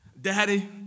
Daddy